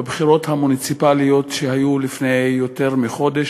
בבחירות המוניציפליות שהיו לפני יותר מחודש